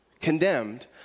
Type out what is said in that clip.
condemned